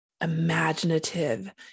imaginative